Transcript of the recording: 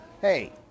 Hey